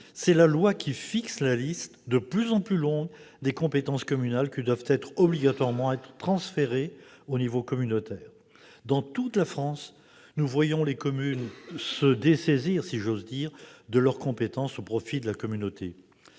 c'est la loi qui fixe la liste, de plus en plus longue, des compétences communales qui doivent obligatoirement être transférées au niveau communautaire. Dans toute la France, nous voyons les communes se dessaisir de leurs compétences- si j'ose dire -au